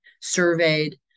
surveyed